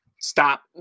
stop